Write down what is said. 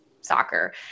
soccer